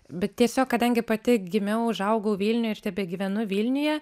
bet tiesiog kadangi pati gimiau užaugau vilniuj ir tebegyvenu vilniuje